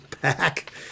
back